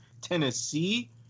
Tennessee